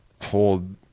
hold